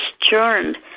churned